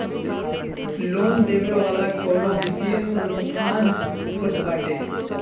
loan देवे वाला कवनो वित्तीय संस्थान होत बाटे